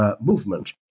movement